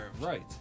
right